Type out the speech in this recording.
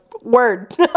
word